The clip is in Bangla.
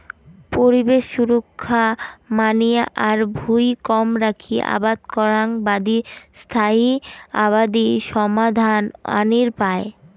পরিবেশ সুরক্ষা মানিয়া আর ভুঁই কম রাখি আবাদ করাং বাদি স্থায়ী আবাদি সমাধান আনির পায়